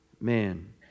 man